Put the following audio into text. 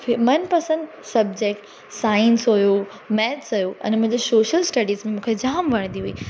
मनपसंदि subject science हुयो maths हुयो अने मुंहिंजो सोशल स्टडिस मूंखे जामु वणंदी हुई